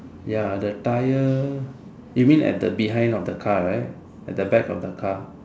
ya the tyre you mean at the behind of the car right at the back of the car